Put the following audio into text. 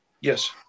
Yes